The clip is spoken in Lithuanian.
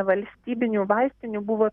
valstybinių vaistinių buvo